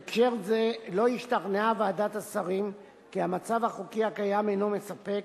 בהקשר זה לא השתכנעה ועדת השרים כי המצב החוקי הקיים אינו מספק,